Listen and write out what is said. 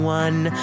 one